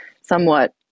somewhat